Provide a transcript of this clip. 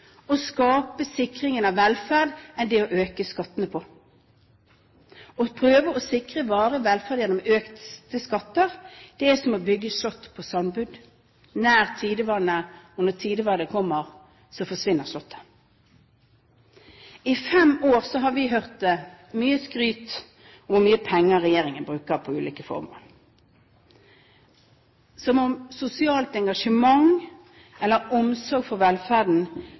å skape sikringen av velferd på enn det å øke skattene. Å prøve å sikre varig velferd gjennom økte skatter er som å bygge slott på sandgrunn nær tidevannet: Når tidevannet kommer, forsvinner slottet. I fem år har vi hørt mye skryt om hvor mye penger regjeringen bruker på ulike formål, som om sosialt engasjement eller omsorg for velferden